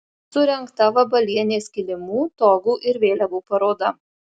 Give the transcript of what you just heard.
surengta vabalienės kilimų togų ir vėliavų paroda